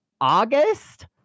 August